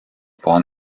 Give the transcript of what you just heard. born